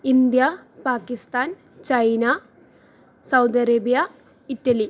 India Pakistan China Saudi Arabia Italy